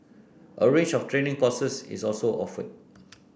a range of training courses is also offered